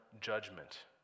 judgment